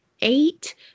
eight